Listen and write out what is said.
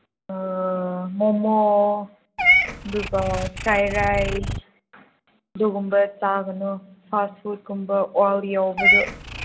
ꯃꯣꯃꯣ ꯑꯗꯨꯒ fry rice ꯑꯗꯨꯒꯨꯝꯕ ꯆꯥꯒꯅꯨ ꯐꯥꯁ ꯐꯨꯗꯀꯨꯝꯕ ꯑꯣꯏꯜ ꯌꯥꯎꯕꯗꯨ